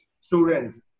students